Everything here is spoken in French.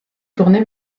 tourné